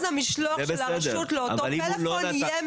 יהיה המשלוח של הרשות לאותו מספר טלפון.